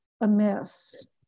amiss